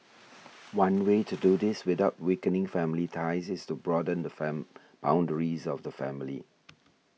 one way to do this without weakening family ties is to broaden the fame boundaries of the family